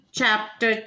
chapter